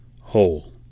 whole